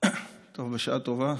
טובה.